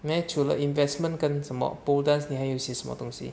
你 leh 除了 investment 跟什么 boulders 你还有学什么东西